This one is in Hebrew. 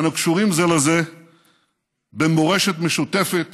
אנו קשורים זה לזה במורשת משותפת